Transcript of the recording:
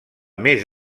més